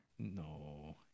No